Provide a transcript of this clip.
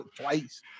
twice